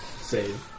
save